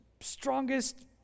strongest